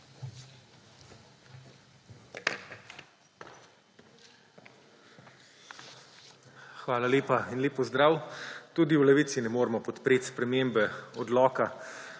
Hvala lepa in lep pozdrav! Tudi v Levici ne moremo podpreti spremembe odloka